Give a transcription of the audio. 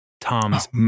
Tom's